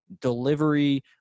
delivery